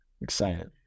Excited